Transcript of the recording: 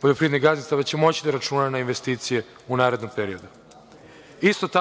poljoprivrednih gazdinstava će moći da računa na investicije u narednom periodu. Isto